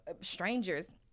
strangers